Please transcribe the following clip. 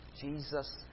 Jesus